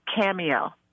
Cameo